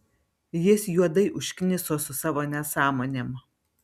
jis juodai užkniso su savo nesąmonėm